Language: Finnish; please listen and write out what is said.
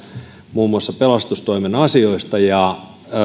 muun muassa pelastustoimen asioista ja